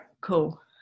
Cool